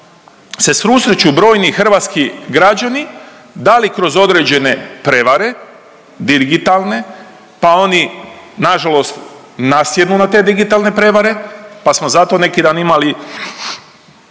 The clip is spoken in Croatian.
se susreću brojni hrvatski građani da li kroz određene prevare digitalne pa oni nažalost nasjednu na te digitalne prevare, pa smo zato neki dan imali